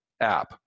app